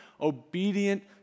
obedient